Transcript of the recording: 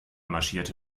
marschierte